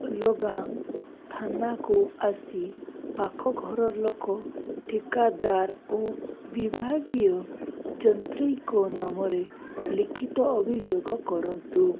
ଲଗାମ ଥାନାକୁ ଆସି ପାଖ ଘର ଲୋକ ଠିକଦାର ଓ ବିଭାଗୀୟ ଯନ୍ତ୍ରିଙ୍କ ନାମରେ ଲିଖିତ ଅଭିଯୋଗ କରନ୍ତୁ